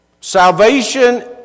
salvation